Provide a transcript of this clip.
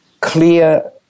clear